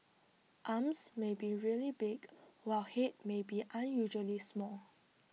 arms may be really big while Head may be unusually small